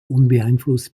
unbeeinflusst